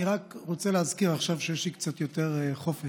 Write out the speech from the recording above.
אני רק רוצה להזכיר עכשיו, כשיש לי קצת יותר חופש: